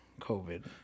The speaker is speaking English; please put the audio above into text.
COVID